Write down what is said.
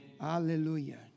Hallelujah